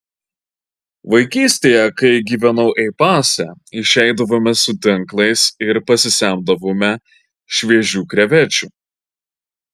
vaikystėje kai gyvenau ei pase išeidavome su tinklais ir pasisemdavome šviežių krevečių